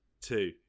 two